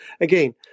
again